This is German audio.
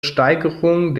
steigerung